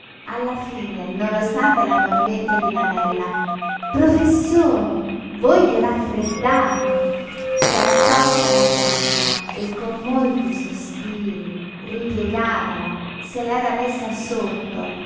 alla fine nonostante l'ammonimento di lamella professore voi vi raffreddate s'era tolta la giacca e con molti sospiri ripiegatala se l'era messa sotto